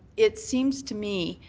it seems to me,